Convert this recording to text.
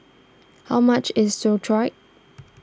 how much is Sauerkraut